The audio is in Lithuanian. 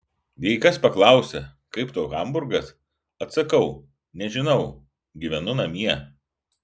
jei kas paklausia kaip tau hamburgas atsakau nežinau gyvenu namie